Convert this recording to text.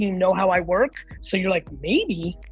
you know how i work. so you're like, maybe.